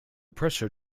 pressure